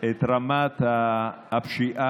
לתת לזה את התימוכין המשפטיים,